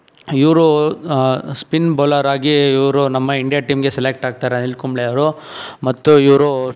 ಇವರು ಸ್ಪಿನ್ ಬೌಲರಾಗಿ ಇವರು ನಮ್ಮ ಇಂಡಿಯಾ ಟೀಮ್ಗೆ ಸೆಲೆಕ್ಟ್ ಆಗ್ತಾರೆ ಅನಿಲ್ ಕುಂಬ್ಳೆಯವರು ಮತ್ತು ಇವರು